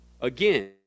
again